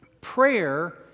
Prayer